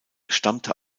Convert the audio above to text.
stammte